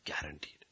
guaranteed